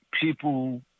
people